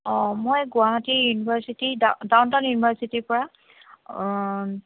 অ মই গুৱাহাটী ইউনিভাৰচিটি ডা down town ইউনিভাৰচিটিৰ পৰা অ